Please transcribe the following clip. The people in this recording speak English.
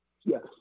Yes